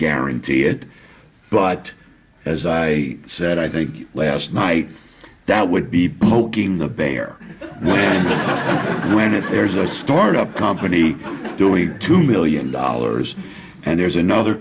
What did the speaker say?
guarantee it but as i said i think last night that would be poking the bear when it there's a start up company doing two million dollars and there's another